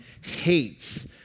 hates